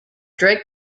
drake